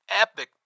epic